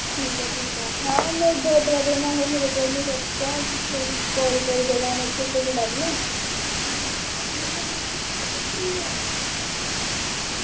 ठीक ऐ ठीक ऐ हां में दो त्रै दिन ऐ हे मेरे कोल में सोचेआ कि जेह्ड़ी कोल कोल जगह् न उत्थै घुम्मी लैन्नी आं